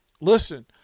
listen